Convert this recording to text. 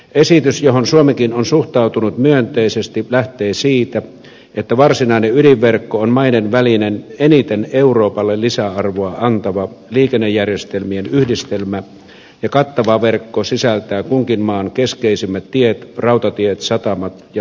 esitys johon suomikin on suhtautunut myönteisesti lähtee siitä että varsinainen ydinverkko on maiden välinen eniten euroopalle lisäarvoa antava liikennejärjestelmien yhdistelmä ja kattava verkko sisältää kunkin maan keskeisimmät tiet rautatiet satamat ja lentokentät